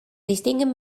distinguen